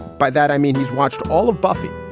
by that i mean he's watched all of buffy.